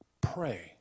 Pray